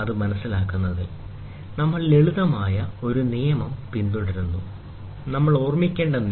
മനസ്സിലാക്കുന്നതിൽ നമ്മൾ ലളിതമായ ഒരു നിയമം പിന്തുടരുന്നു നമ്മൾ ഓർമ്മിക്കേണ്ട നിയമം